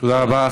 תודה רבה.